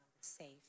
safe